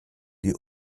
die